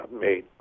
made